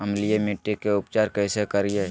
अम्लीय मिट्टी के उपचार कैसे करियाय?